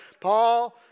Paul